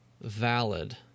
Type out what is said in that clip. valid